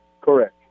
Correct